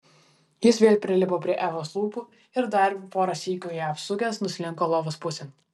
jis vėl prilipo prie evos lūpų ir dar porą sykių ją apsukęs nuslinko lovos pusėn